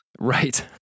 Right